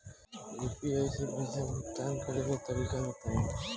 UPI से पईसा भुगतान करे के तरीका बताई?